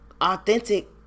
authentic